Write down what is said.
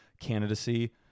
candidacy